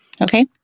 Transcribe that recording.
Okay